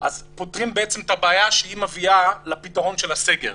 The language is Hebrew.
פותרים את הבעיה שמביאה לסגר,